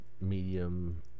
medium